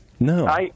No